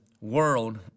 world